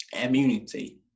immunity